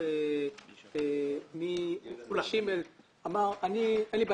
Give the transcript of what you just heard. אני מנהל דיונים,